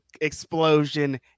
explosion